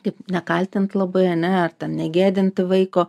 taip nekaltint labai ane ar ten negėdinti vaiko